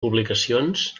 publicacions